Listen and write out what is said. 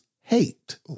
hate